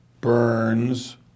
Burns